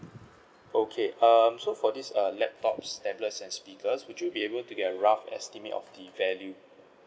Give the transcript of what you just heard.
okay um so for this err laptops tablets and speakers would you be able to get a rough estimate of the value